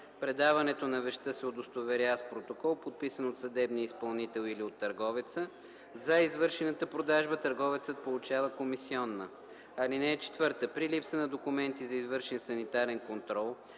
Предаването на вещта се удостоверява с протокол, подписан от съдебния изпълнител или от търговеца. За извършената продажба търговецът получава комисионна. (4) При липса на документи за извършен санитарен контрол,